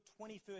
21st